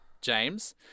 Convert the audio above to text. James